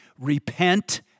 Repent